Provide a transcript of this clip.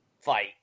fight